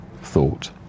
thought